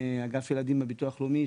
מאגף ילדים בביטוח הלאומי,